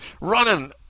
running